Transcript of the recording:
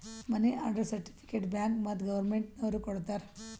ಮನಿ order certificate bank ಮತ್ತ್ government ನವ್ರು ಕೊಡ್ತಾರ